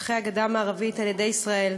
שטחי הגדה המערבית, על-ידי ישראל.